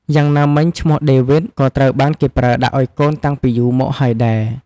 យ៉ាងណាមិញឈ្មោះដេវីដ (David) ក៏ត្រូវបានគេប្រើដាក់អោយកូនតាំងពីយូរមកហើយដែរ។